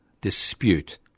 dispute